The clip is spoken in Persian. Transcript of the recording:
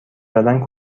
زدن